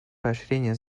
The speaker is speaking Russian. поощрения